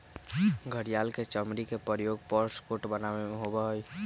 घड़ियाल के चमड़ी के प्रयोग पर्स कोट बनावे में होबा हई